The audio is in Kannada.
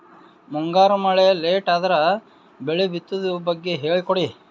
ಮುಂಗಾರು ಮಳೆ ಲೇಟ್ ಅದರ ಬೆಳೆ ಬಿತದು ಬಗ್ಗೆ ಹೇಳಿ ಕೊಡಿ?